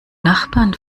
nachbarn